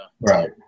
Right